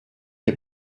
est